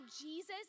Jesus